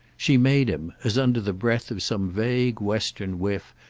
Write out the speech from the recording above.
she made him, as under the breath of some vague western whiff,